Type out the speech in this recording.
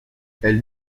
elle